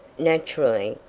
naturally,